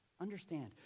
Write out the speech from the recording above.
understand